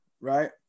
right